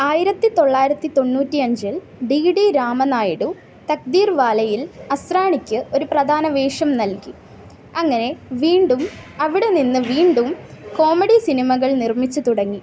ആയിരത്തി തൊള്ളായിരത്തി തൊണ്ണൂറ്റിയഞ്ചിൽ ഡി ഡി രാമനായിഡു തക്ദീർവാലയിൽ അസ്രാണിക്ക് ഒരു പ്രധാന വേഷം നൽകി അങ്ങനെ വീണ്ടും അവിടെ നിന്ന് വീണ്ടും കോമഡി സിനിമകൾ നിർമ്മിച്ച് തുടങ്ങി